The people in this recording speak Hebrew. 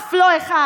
אף לא אחד.